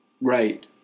Right